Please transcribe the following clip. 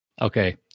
Okay